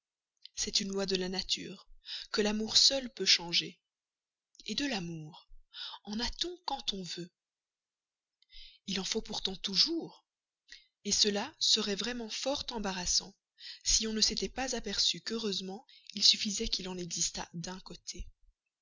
c'est une loi de la nature que l'amour seul peut changer de l'amour en a-t-on quand on veut il en faut pourtant toujours cela serait vraiment fort embarrassant si on ne s'était pas aperçu qu'heureusement il suffisait qu'il en existât d'un côté